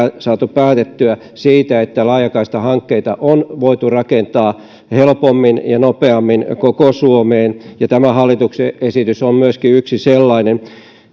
saatu päätettyä siitä että laajakaistahankkeita on voitu rakentaa helpommin ja nopeammin koko suomeen ja tämä hallituksen esitys on myöskin yksi sellainen